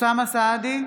אוסאמה סעדי,